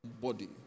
body